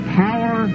power